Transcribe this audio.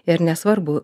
ir nesvarbų